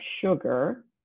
sugar